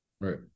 Right